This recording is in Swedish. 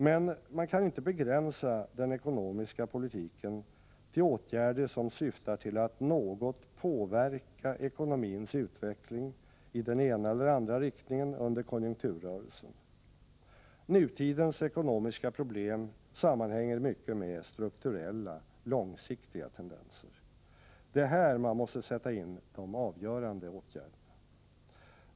Men man kan inte begränsa den ekonomiska politiken till åtgärder som syftar till att något påverka ekonomins utveckling i den ena eller andra riktningen under konjunkturrörelsen. Nutidens ekonomiska problem sammanhänger i mycket med strukturella, långsiktiga tendenser. Det är här man måste sätta in de avgörande åtgärderna.